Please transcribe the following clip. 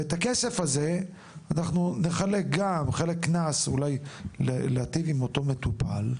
את הכסף הזה אנחנו נחלק גם חלק מהקנס למטופל כדי להטיב עם אותו מטופל,